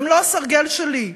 הם לא הסרגל שלי.